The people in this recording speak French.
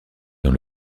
dans